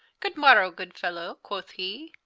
good morrowe, good fellow, quoth he.